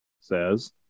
says